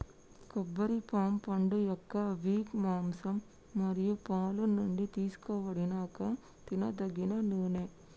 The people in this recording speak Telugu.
కొబ్బరి పామ్ పండుయొక్క విక్, మాంసం మరియు పాలు నుండి తీసుకోబడిన ఒక తినదగిన నూనె